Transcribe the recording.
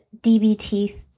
DBT